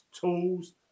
tools